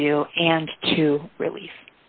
review and to release